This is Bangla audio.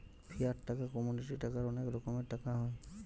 ফিয়াট টাকা, কমোডিটি টাকার অনেক রকমের টাকা হয়